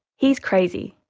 he's crazy.